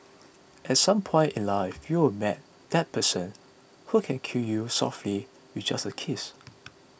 at some point in life you will met that person who can kill you softly with just a kiss